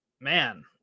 man